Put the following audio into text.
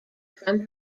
from